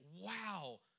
wow